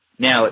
Now